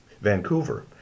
Vancouver